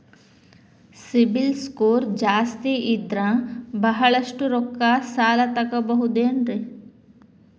CIBIL score ಜಾಸ್ತಿ ಇದ್ರ ಬಹಳಷ್ಟು ರೊಕ್ಕ ಸಾಲ ತಗೋಬಹುದು ಏನ್ರಿ?